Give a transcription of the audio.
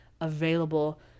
available